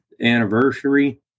anniversary